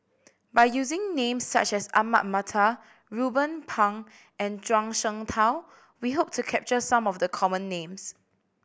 by using names such as Ahmad Mattar Ruben Pang and Zhuang Shengtao we hope to capture some of the common names